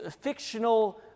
fictional